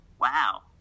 wow